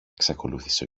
εξακολούθησε